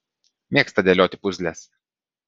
mėgsta dėlioti puzles